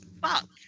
fuck